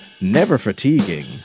never-fatiguing